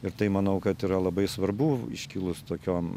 ir tai manau kad yra labai svarbu iškilus tokiom